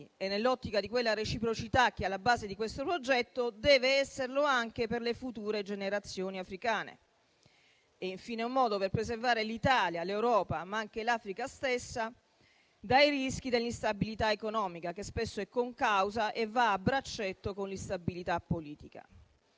E, nell'ottica di quella reciprocità che è alla base di questo progetto, deve esserlo anche per le future generazioni africane. È infine un modo per preservare l'Italia, l'Europa, ma anche l'Africa stessa dai rischi dell'instabilità economica, che spesso è concausa e va a braccetto con l'instabilità politica.